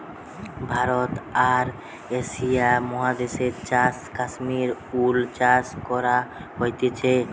ভারতে আর এশিয়া মহাদেশে চাষ কাশ্মীর উল চাষ করা হতিছে